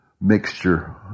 mixture